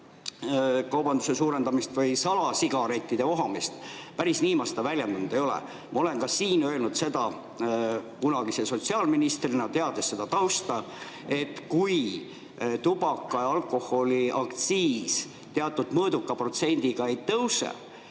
kaubanduse suurendamist või salasigarettide vohamist. Päris nii ma seda väljendanud ei ole. Ma olen ka siin öelnud, kunagise sotsiaalministrina seda tausta teades, et kui tubaka- ja alkoholiaktsiis teatud mõõduka protsendiga ei tõuse,